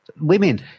women